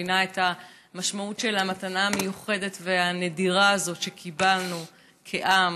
מבינה את המשמעות של המתנה המיוחדת והנדירה הזאת שקיבלנו כעם,